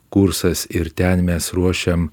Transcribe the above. kursas ir ten mes ruošiam